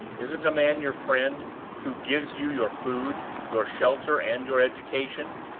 isn't a man your friend who gives you your food, your shelter, and your education?